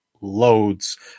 loads